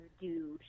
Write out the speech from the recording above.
dude